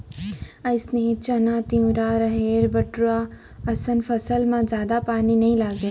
अइसने चना, तिंवरा, राहेर, बटूरा असन फसल म जादा पानी नइ लागय